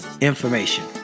information